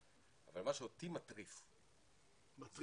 אבל מה שאותי מטריף --- מטריד.